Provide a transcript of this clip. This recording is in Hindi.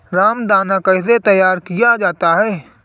रामदाना कैसे तैयार किया जाता है?